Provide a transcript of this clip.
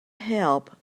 help